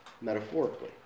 metaphorically